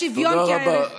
השוויון כערך, תודה רבה.